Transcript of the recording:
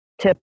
tip